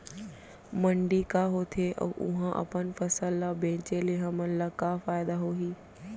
मंडी का होथे अऊ उहा अपन फसल ला बेचे ले हमन ला का फायदा होही?